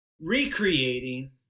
recreating